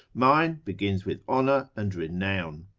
mine begins with honour and renown.